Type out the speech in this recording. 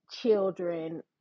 children